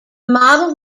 model